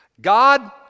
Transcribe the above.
God